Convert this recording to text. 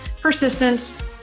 persistence